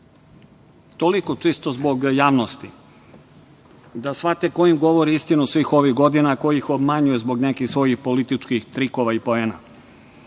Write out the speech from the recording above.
Toliko, čisto zbog javnosti, da shvate ko im govori istinu svih ovih godina, ko ih obmanjuje zbog nekih svojih političkih trikova i poena.I